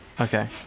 Okay